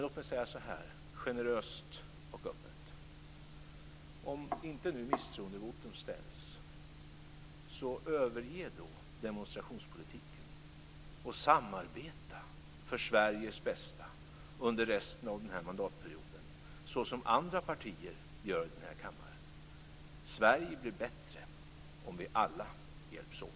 Låt mig säga så här, generöst och öppet: Om inte misstroendevotum ställs, överge då demonstrationspolitiken och samarbeta för Sveriges bästa under resten av den här mandatperioden, så som andra partier gör i den här kammaren. Sverige blir bättre om vi alla hjälps åt.